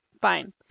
Fine